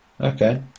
Okay